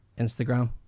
Instagram